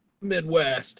midwest